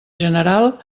general